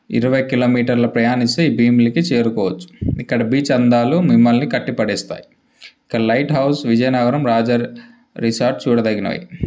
ఇరవై కిలోమీటర్లు ప్రయాణిస్తే ఈ భీమిలీకి చేరుకోవచ్చు ఇక్కడ బీచ్ అందాలు మిమ్మల్ని కట్టి పడేస్తాయి ఇక్కడ లైట్హౌస్ విజయ నగరం రాజా రి రిసార్ట్స్ చూడదగినవి